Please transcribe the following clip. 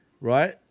right